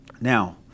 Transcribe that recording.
Now